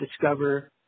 discover